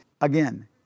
Again